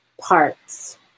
parts